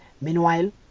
Meanwhile